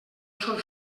són